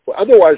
Otherwise